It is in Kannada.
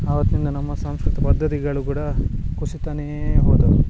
ಆವತ್ತಿಂದ ನಮ್ಮ ಸಾಂಸ್ಕೃತಿಕ ಪದ್ಧತಿಗಳು ಕೂಡ ಕುಸಿತಾನೇ ಹೋದವು